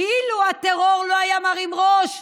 אילו הטרור לא היה מרים ראש,